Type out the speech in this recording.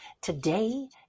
Today